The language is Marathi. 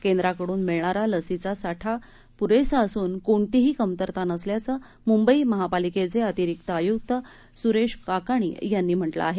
केंद्राकडून मिळणारा लसीचा साठा पूरेसा असून कोणतीही कमतरता नसल्याचं मुंबई महापालिकेचे अतिरिक्त आयुक्त सुरेश काकाणी यांनी म्हटलं आहे